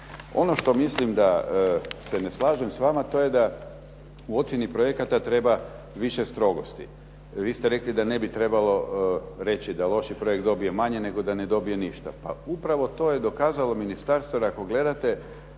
Ono što mislim da se ne slažem s vama, a to je da u ocjeni projekata treba više strogosti. Vi ste rekli da ne bi trebalo reći da loši projekt dobije manje, nego da ne dobije ništa. Pa upravo to je dokazalo ministarstvo, jer ako gledate